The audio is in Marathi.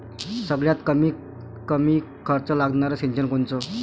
सगळ्यात कमीत कमी खर्च लागनारं सिंचन कोनचं?